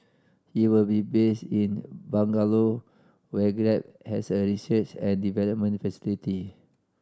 he will be based in Bangalore where Grab has a research and development facility